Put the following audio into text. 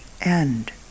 end